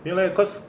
没有叻 cause